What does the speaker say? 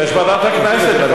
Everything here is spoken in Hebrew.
יש ועדת הכנסת,